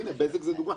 בזק זו דוגמה.